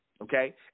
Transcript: Okay